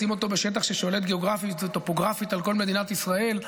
לשים אותו בשטח ששולט גיאוגרפית וטופוגרפית על כל מדינת ישראל,